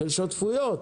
של שותפויות.